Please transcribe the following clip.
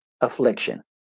affliction